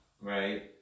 right